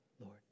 Lord